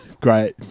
great